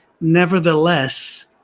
Nevertheless